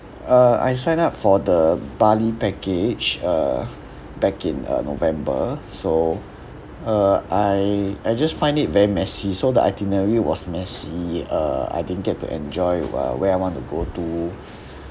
uh I signed up for the bali package uh back in uh november so uh I I just find it very messy so the itinerary was messy uh I didn't get to enjoy uh where I want to go to